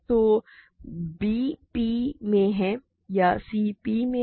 तो b P में है या c P में है